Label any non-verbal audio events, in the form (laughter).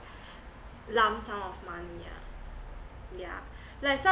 (breath) lump sum of money ah yeah like some